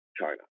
China